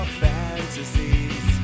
fantasies